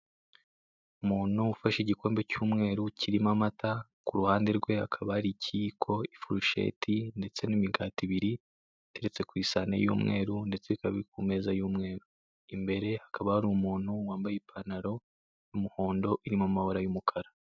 Umuntu ufashe igikombe cy'umweru kirimo amata ku ruhande rwe hakaba hari ikiyiko, ifurusheti ndetse n'imigati ibiri iteretse ku isahani y'umweru ndetse bikaba biri ku meza y'umweru, imbere hakaba hari umuntu wambaye ipantaro y'umuhondo irimo amabara y'umukara.